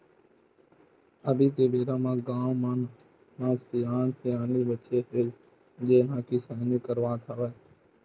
अभी के बेरा म गाँव मन म सियान सियनहिन बाचे हे जेन ह किसानी ल करत हवय